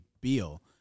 Beal